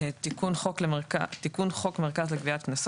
תיקון חוק מרכז לגביית קנסות,